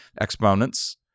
exponents